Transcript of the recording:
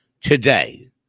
today